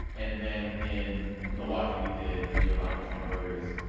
and then, in milwaukee we did the obama-trump voters.